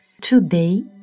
Today